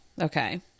Okay